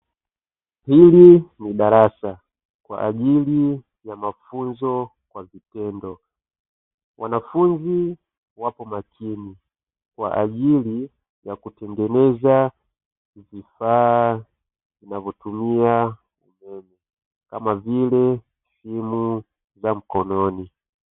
Hili ni darasa kwa ajili ya mafunzo kwa vitendo, wanafunzi wapo makini kwa ajili ya kutengeneza vifaa vinavyotumia umeme kama vile simu za mkononi.